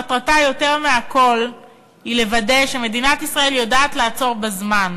מטרתה יותר מהכול היא לוודא שמדינת ישראל יודעת לעצור בזמן,